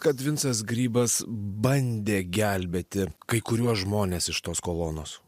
kad vincas grybas bandė gelbėti kai kuriuos žmones iš tos kolonos